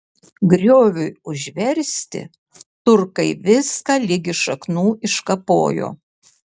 grioviui užversti turkai viską ligi šaknų iškapojo